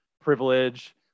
privilege